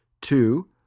two